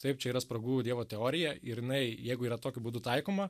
taip čia yra spragų dievo teorija ir jinai jeigu yra tokiu būdu taikoma